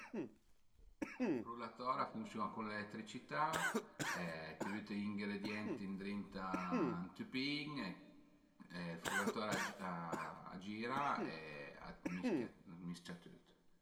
Ël frullatore a funsiun-a cun l'eletricità e ti büte gli ingrendienti ëndrinta ün tüpin e ël frullatore a gira e a mischia a mis-cia tüt